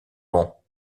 vent